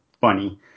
funny